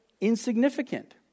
insignificant